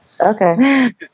okay